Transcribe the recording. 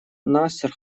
насер